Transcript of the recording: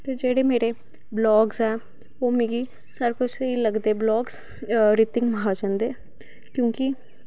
ते जेह्ड़े मेरे बलॉगस ऐ ओह् मिगी सारें कोला स्हेई लगदे बलॉगस रितिक महाजन दे क्योंकि